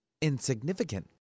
insignificant